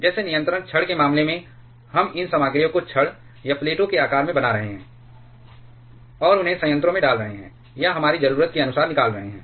जैसे नियंत्रण छड़ के मामले में हम इन सामग्रियों को छड़ या प्लेटों के आकार में बना रहे हैं और उन्हें संयंत्रों में डाल रहे हैं या हमारी ज़रूरत के अनुसार निकाल रहे हैं